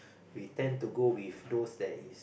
we tend to go with those that is